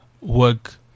work